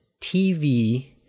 TV